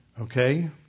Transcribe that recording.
Okay